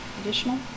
additional